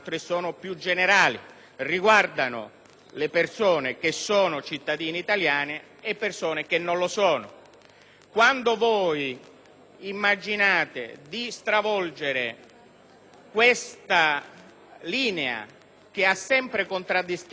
Quando immaginate di stravolgere questa linea che ha sempre contraddistinto la storia e la civiltà del nostro Paese commettete un errore grave, che non vi porta da nessuna parte.